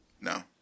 No